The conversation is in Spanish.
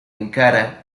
encarna